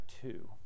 two